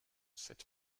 sept